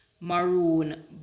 Maroon